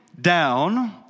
down